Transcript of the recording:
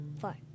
four